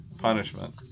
punishment